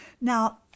Now